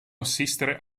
assistere